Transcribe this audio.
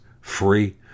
free